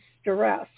stress